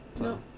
No